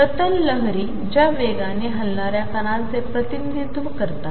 प्रतललहरीज्यावेगानेहलणाऱ्याकणांचेप्रतिनिधित्वकरतात